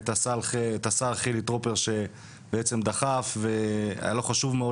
ואת השר חילי טרופר שדחף והיה לו חשוב מאוד